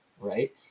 right